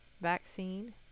vaccine